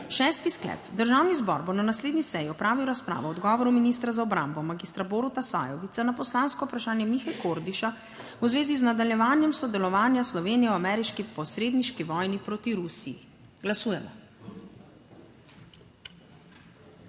Šesti sklep: Državni zbor bo na naslednji seji opravil razpravo o odgovoru ministra za obrambo magistra Boruta Sajovica na poslansko vprašanje Mihe Kordiša v zvezi z nadaljevanjem sodelovanja Slovenije v ameriški posredniški vojni proti Rusiji. Glasujemo.